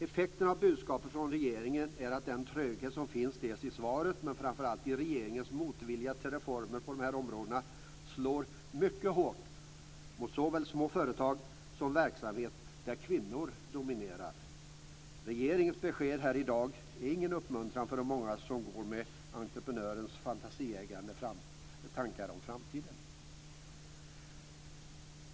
Effekten av budskapet från regeringen är att den tröghet som finns i svaret och, framför allt, i regeringens motvilja mot reformer på de här områdena slår mycket hårt mot såväl små företag som verksamhet där kvinnor dominerar. Regeringens besked här i dag är ingen uppmuntran för de många som går omkring med entreprenörens fantasieggande tankar om framtiden.